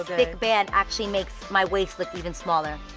thick band actually makes my waist look even smaller,